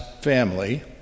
family